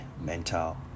mental